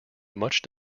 much